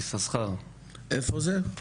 איפה זה?